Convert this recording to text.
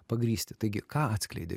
pagrįsti taigi ką atskleidė